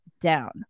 down